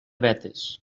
vetes